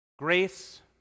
Grace